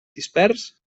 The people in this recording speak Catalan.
dispers